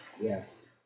Yes